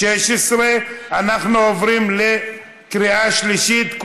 16. אנחנו עוברים לקריאה שלישית,